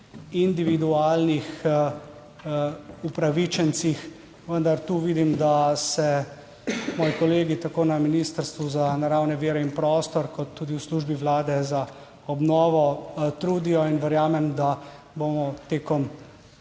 individualnih upravičencih. Vendar tu vidim, da se moji kolegi tako na Ministrstvu za naravne vire in prostor kot tudi v Službi Vlade za obnovo trudijo, in verjamem, da bomo tekom